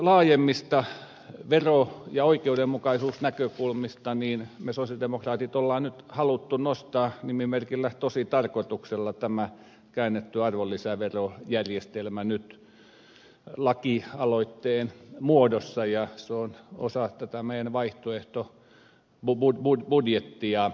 laajemmista vero ja oikeudenmukaisuusnäkökulmista me sosialidemokraatit olemme halunneet nostaa nimimerkillä tositarkoituksella esiin tämän käännetyn arvonlisäverojärjestelmän nyt lakialoitteen muodossa ja se on osa tätä meidän vaihtoehtobudjettiamme